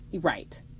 Right